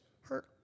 hurt